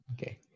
Okay